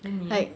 then 你 eh